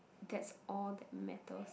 that's all that matters